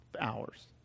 hours